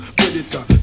predator